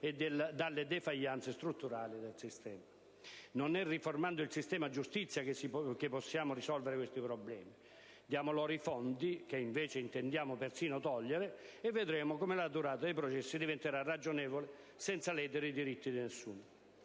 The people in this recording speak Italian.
e dalle *défaillances* strutturali del sistema. Non è riformando il sistema giustizia che possiamo risolvere questi problemi. Diamo loro i fondi che invece intendiamo persino togliere e vedremo come la durata dei processi diventerà ragionevole senza ledere i diritti di alcuno.